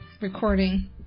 recording